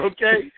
Okay